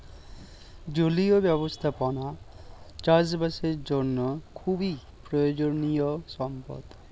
জলীয় ব্যবস্থাপনা চাষবাসের জন্য খুবই প্রয়োজনীয় সম্পদ